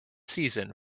season